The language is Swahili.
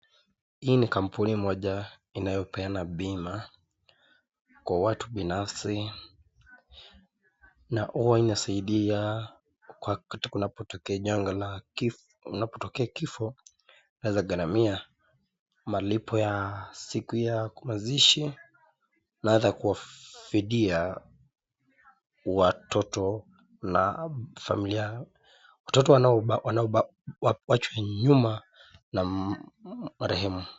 Hii ni kampuni moja inayopeana bima kwa watu binafsi na huwa inasaidia wakati kunatokea janga la kifo unapotokea kifo inaweza gharamia malipo ya siku ya mazishi na ata kuwafidia watoto na familia, watoto wanaowachwa nyuma na marehemu.